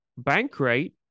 Bankrate